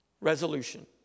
resolution